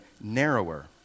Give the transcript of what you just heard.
narrower